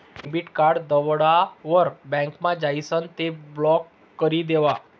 debit card दवडावर बँकमा जाइसन ते ब्लॉक करी देवो